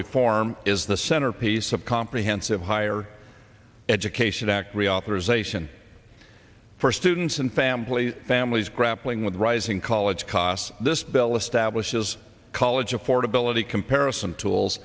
reform is the centerpiece of comprehensive higher education act reauthorization for students and family families grappling with rising college costs this bill establishes college affordability comparison tools